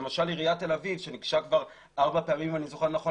עיריית תל אביב שניגשה כבר ארבע פעמים אם אני זוכר נכון